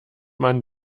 man